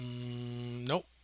Nope